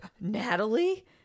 Natalie